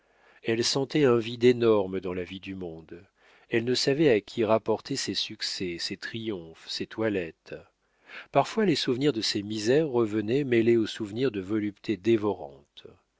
elle sentait un vide énorme dans la vie du monde elle ne savait à qui rapporter ses succès ses triomphes ses toilettes parfois les souvenirs de ses misères revenaient mêlés au souvenir de voluptés dévorantes